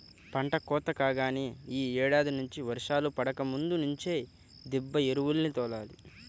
పంట కోత కాగానే యీ ఏడాది నుంచి వర్షాలు పడకముందు నుంచే దిబ్బ ఎరువుల్ని తోలాలి